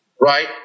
right